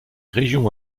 régions